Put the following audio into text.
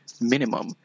Minimum